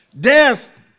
Death